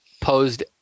posed